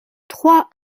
trois